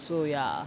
so ya